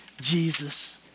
Jesus